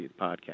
podcast